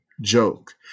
joke